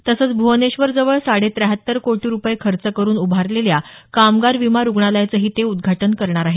तसंच भ्वनेश्वरजवळ साडे त्याहत्तर कोटी रुपये खर्च करुन उभारलेल्या कामगार विमा रुग्णालयाचंही ते उद्घाटन करणार आहेत